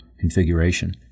configuration